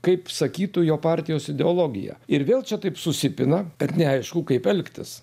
kaip sakytų jo partijos ideologija ir vėl čia taip susipina kad neaišku kaip elgtis